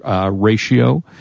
ratio